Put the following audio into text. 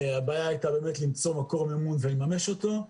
הבעיה הייתה באמת למצוא מקור מימון ולממש אותו.